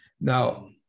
Now